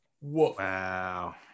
Wow